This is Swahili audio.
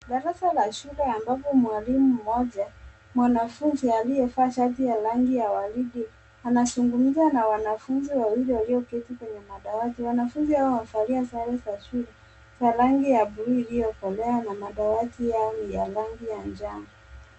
Darasa la shule ambapo mwalimu mmoja, mwanafunzi aliyevaa shati ya rangi ya waridi anazungumza na wanafunzi wawili walioketi kwenye madawati wanafunzi hawa wamevalia sare za shule za rangi ya blue isiokolea na madawati Yao ya rangi ya njano.